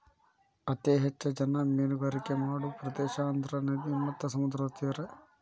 ಅತೇ ಹೆಚ್ಚ ಜನಾ ಮೇನುಗಾರಿಕೆ ಮಾಡು ಪ್ರದೇಶಾ ಅಂದ್ರ ನದಿ ಮತ್ತ ಸಮುದ್ರದ ತೇರಾ